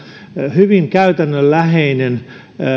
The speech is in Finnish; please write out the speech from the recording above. hyvin käytännönläheinen